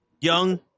young